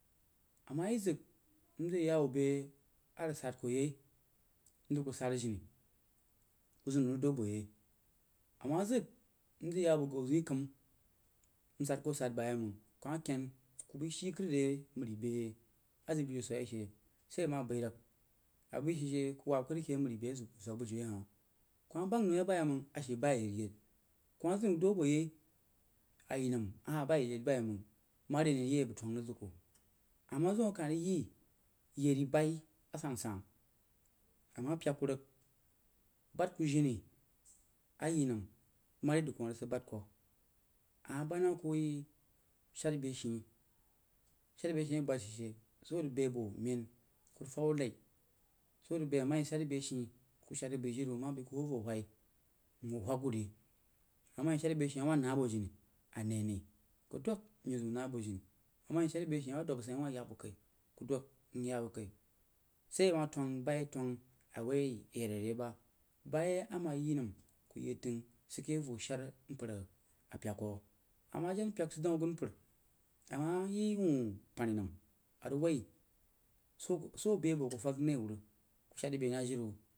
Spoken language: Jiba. A ma yi zək mzəg ye ya bo beh a rig sad koh yei nzəg ku sad jini ku zəg nau rig hwo buo yei a ma zəg nzək ya bo gau zeun ri kəm msad-koh-sad bayeiməng ku ma kein ku bai she re mri beh a zəg bujiu swək yei she sai ama bai rig a bai sid she ku wab rig beh a swəg bujiu ye hah ku ma bang nau yai bam a she bayi ayeid-yeid ku ma zəg nau duwo buo yei a yi nəm ahah bayi a yeid-yeid buyai məng ma re ne iya rig tung rig zək kuh a ma zim akah rig yi bayi asan-san ama pyak ku rig bad ku jini ayi nəm mare dəg kuoh a rig sid bad kuh a bad naku yi shara beh shií, shara beh shii bad sid shee so arig beh buoh mein ku rig fəg wuh nai, so arig bai a ma yi shara beh shii ku shad rig bai jiri wuh mhuo voh huwai mhug wuh ri ama yi shara beh shii awah na buoh jini a nai-nai ku yak ziu nah buoh jin ama yi awa fwəg bək sain a wah ya bo kai ku dwəg mye ya bo kai sai a ma twəng-bayi-twəng a woi yeid re bah bayi ama ye nəm ku yeid təng sid keh voh shan mpər a pyək kuh a ma jen pyək sid daun agunmpər ama yi wuh pannai nəm a rig woi so, so abe buoh kufəg na wuh msahd rig bau na jiri wuh.